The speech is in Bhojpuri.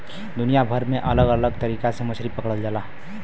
दुनिया भर में अलग अलग तरीका से मछरी पकड़ल जाला